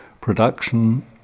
Production